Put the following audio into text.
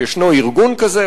שישנו ארגון כזה,